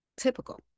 typical